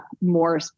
more